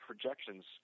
projections